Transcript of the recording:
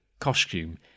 costume